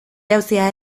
jauzia